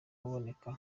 kuboneka